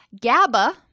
GABA-